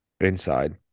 inside